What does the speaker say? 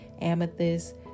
amethyst